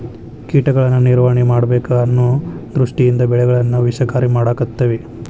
ಕೇಟಗಳನ್ನಾ ನಿರ್ವಹಣೆ ಮಾಡಬೇಕ ಅನ್ನು ದೃಷ್ಟಿಯಿಂದ ಬೆಳೆಗಳನ್ನಾ ವಿಷಕಾರಿ ಮಾಡಾಕತ್ತೆವಿ